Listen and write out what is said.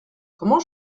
comment